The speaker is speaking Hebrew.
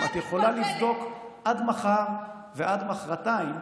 את יכולה לבדוק עד מחר ועד מוחרתיים.